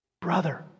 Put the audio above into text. Brother